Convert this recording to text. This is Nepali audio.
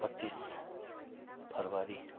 पच्चिस फेब्रुएरी